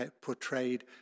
portrayed